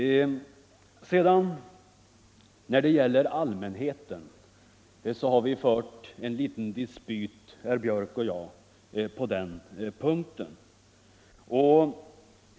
När det sedan gäller allmänheten har herr Björck och jag haft en liten dispyt.